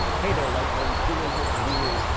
hey there light bulbs, julian here for dnews.